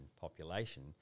population